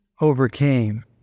overcame